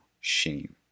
shame